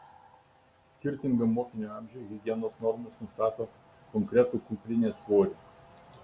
skirtingam mokinio amžiui higienos normos nustato konkretų kuprinės svorį